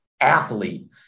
athlete